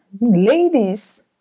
ladies